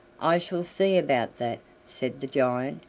i shall see about that, said the giant,